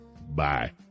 Bye